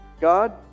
God